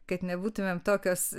kad nebūtumėm tokios